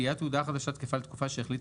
תהיה התעודה החדשה תקפה לתקופה שהחליט